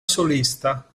solista